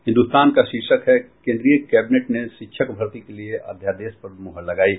हिन्दुस्तान का शीर्षक है केन्द्रीय कैबिनेट ने शिक्षक भर्ती के लिए अध्यादेश पर मूहर लगायी